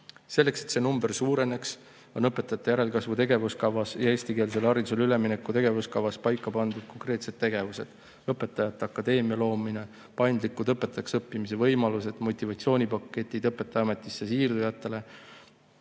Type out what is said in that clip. Selleks, et see number suureneks, on õpetajate järelkasvu tegevuskavas ja eestikeelsele haridusele ülemineku tegevuskavas paika pandud konkreetsed tegevused: õpetajate akadeemia loomine, paindlikud õpetajaks õppimise võimalused, motivatsioonipaketid õpetajaametisse siirdujatele